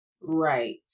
Right